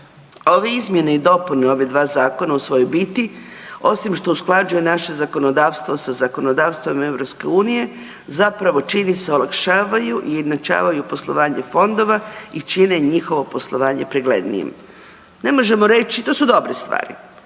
Ove izmjene i dopune, ovih dva zakona, u svojoj biti, osim što usklađuje naše zakonodavstvo sa zakonodavstvom EU, zapravo čini se, olakšavaju i ujednačavaju poslovanje fondova i čine njihovo poslovanje preglednijim. Ne možemo reći, to su dobre stvari.